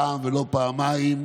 ושם באה לעולם תופעה ייחודית,